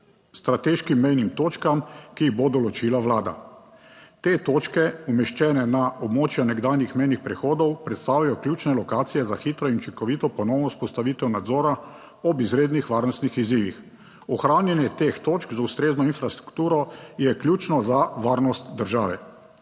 strateškim mejnim točkam, ki jih bo določila vlada. Te točke, umeščene na območje nekdanjih mejnih prehodov, predstavljajo ključne lokacije za hitro in učinkovito ponovno vzpostavitev nadzora ob izrednih varnostnih izzivih. Ohranjanje teh točk z ustrezno infrastrukturo je ključno za varnost države.